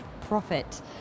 Profit